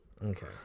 Okay